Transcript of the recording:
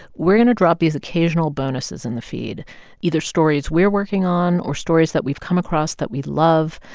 we're gonna drop these occasional bonuses in the feed either stories we're working on or stories that we've come across that we love.